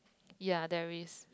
ya there is